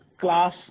class